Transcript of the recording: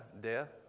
death